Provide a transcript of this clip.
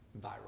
viral